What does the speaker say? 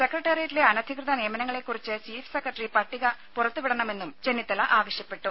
സെക്രേട്ടറിയറ്റിലെ അനധികൃത നിയമനങ്ങളെക്കുറിച്ച് chief secretary പട്ടിക പുറത്തു വിടണമെന്നും ചെന്നിത്തല ആവശ്യപ്പെട്ടു